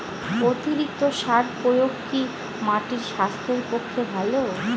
অতিরিক্ত সার প্রয়োগ কি মাটির স্বাস্থ্যের পক্ষে ভালো?